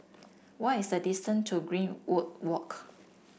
what is the distance to Greenwood Walk